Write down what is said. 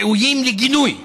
והם ראויים לגינוי חד-משמעי.